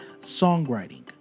songwriting